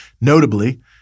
Notably